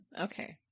Okay